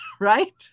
right